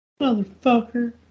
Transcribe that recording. Motherfucker